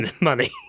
money